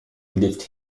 lived